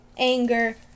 anger